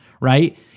right